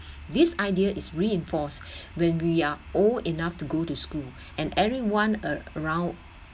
this idea is reinforced when we are old enough to go to school and everyone around